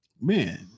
Man